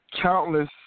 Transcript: countless